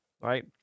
right